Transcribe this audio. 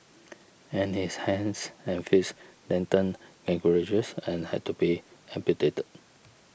but his hands and fits then turned gangrenous and had to be amputated